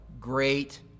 Great